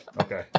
Okay